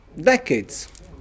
decades